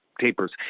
Tapers